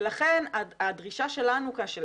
ולכן, הדרישה שלנו, של